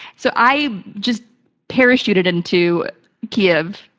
so i just parachuted into kyiv,